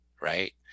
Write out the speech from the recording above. right